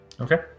Okay